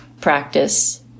practice